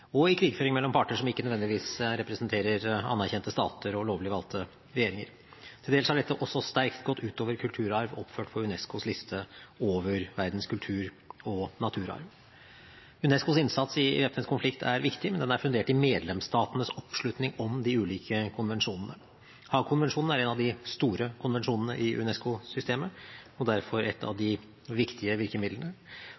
og i krigføring mellom parter som ikke nødvendigvis representerer anerkjente stater og lovlig valgte regjeringer. Til dels har dette også sterkt gått ut over kulturarv oppført på UNESCOs liste over verdens kultur- og naturarv. UNESCOs innsats i væpnet konflikt er viktig, men den er fundert i medlemsstatenes oppslutning om de ulike konvensjonene. Haag-konvensjonen er en av de store konvensjonene i UNESCO-systemet, og derfor et av